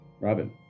Robin